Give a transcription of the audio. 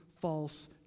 false